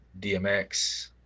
DMX